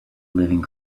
living